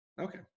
Okay